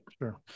Sure